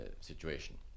situation